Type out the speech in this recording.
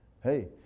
Hey